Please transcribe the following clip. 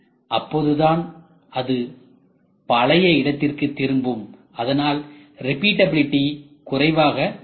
அப்போதுதான் அது பழைய இடத்திற்கு திரும்பும் அதனால் ரிபிட்டபிலிடி குறைவாக உள்ளது